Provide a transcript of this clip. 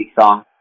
song